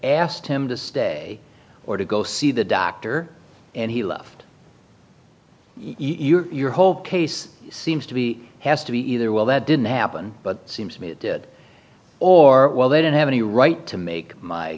asked him to stay or to go see the doctor and he left your whole case seems to be has to be either well that didn't happen but it seems to me it did or well they didn't have any right to make my